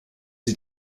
sie